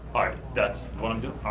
alright, that's what i'm doing,